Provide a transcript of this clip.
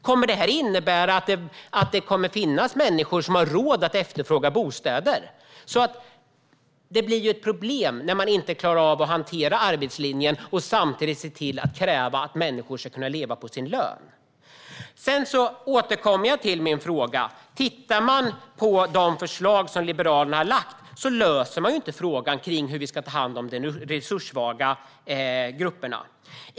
Kommer detta att innebära att det kommer att finnas människor som har råd att efterfråga bostäder? När man inte klarar av att hantera arbetslinjen blir det ett problem att samtidigt kräva att människor ska kunna leva på sin lön. Jag återkommer till min fråga. De förslag som Liberalerna har lagt fram löser inte frågan om hur vi ska ta hand om de resurssvaga grupperna.